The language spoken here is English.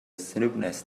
sleepless